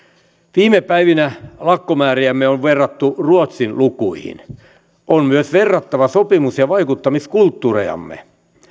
viime päivinä lakkomääriämme on verrattu ruotsin lukuihin on myös verrattava sopimus ja vaikuttamiskulttuurejamme